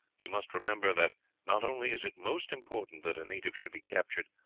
you must remember that not only is it most important that a native should be captured,